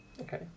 Okay